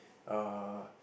uh